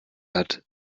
hat